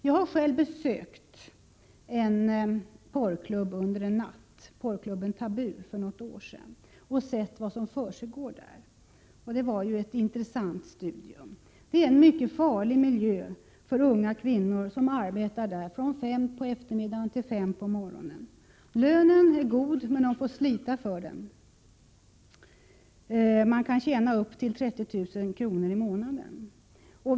Jag har själv besökt en porrklubb — porrklubben Tabu — under en natt för cirka ett år sedan och sett vad som försiggår där. Det var ett intressant studium. Det är en mycket farlig miljö för unga kvinnor, som arbetar där från fem på eftermiddagen till fem på morgonen. Lönen är god, men de får slita för den. De kan tjäna upp till 30 000 kr. i månaden.